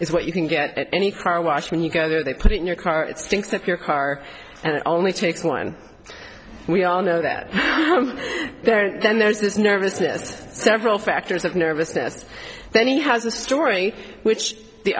is what you can get at any car wash when you go there they put it in your car it stinks that your car and it only takes one we all know that there then there's this nervousness several factors of nervousness then he has the story which the